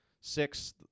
six